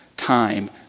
time